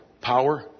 power